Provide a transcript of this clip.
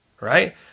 right